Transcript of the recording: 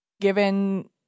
given